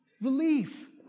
relief